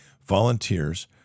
Volunteers